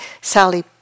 Sally